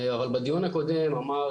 אבל בדיון הקודם אמר